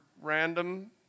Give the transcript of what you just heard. random